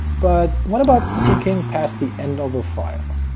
but what about seeking past the end of a file?